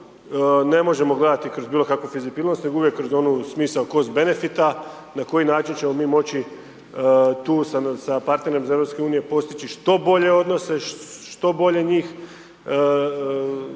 ne možemo kroz bilokakvu fizibilnost nego uvijek kroz onu smisao cost benefita, na koji način ćemo mi moći tu sa partnerom iz EU-a postići što bolje odnose, što bolje njih okupiti